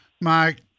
Mike